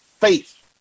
faith